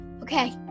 Okay